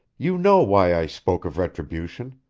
you know why i spoke of retribution,